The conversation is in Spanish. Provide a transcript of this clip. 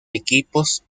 equipos